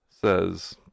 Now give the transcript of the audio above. says